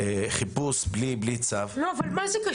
חיפוש בלי צו --- אבל מה זה קשור?